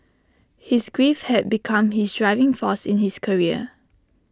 his grief had become his driving force in his career